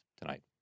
tonight